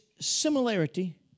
similarity